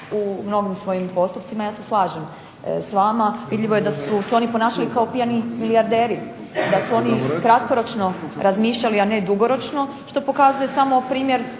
u mnogim svojim postupcima. Ja se slažem s vama. Vidljivo je da su se oni ponašali kao pijani milijarderi, da su oni kratkoročno razmišljali a ne dugoročno što pokazuje samo primjer